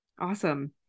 Awesome